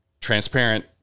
transparent